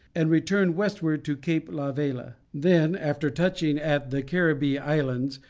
and returned westward to cape la vela. then, after touching at the caribbee islands,